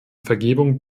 vergebung